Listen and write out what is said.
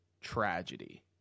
tragedy